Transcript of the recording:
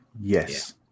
Yes